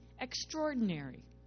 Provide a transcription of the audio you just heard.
extraordinary